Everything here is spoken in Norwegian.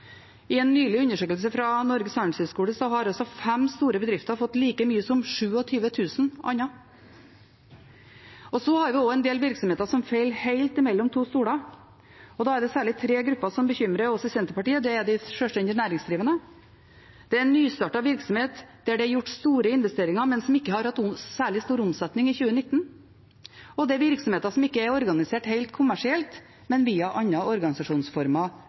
en ny undersøkelse fra Norges Handelshøyskole har fem store bedrifter fått like mye som 27 000 andre. Så har vi også en del virksomheter som faller helt mellom to stoler, og da er det særlig tre grupper som bekymrer oss i Senterpartiet. Det er de selvstendig næringsdrivende, det er nystartede virksomheter som har gjort store investeringer, men som ikke har hatt særlig stor omsetning i 2019, og det er virksomheter som ikke er organisert helt kommersielt, men via andre organisasjonsformer